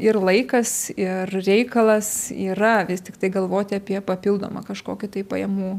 ir laikas ir reikalas yra tiktai galvoti apie papildomą kažkokį tai pajamų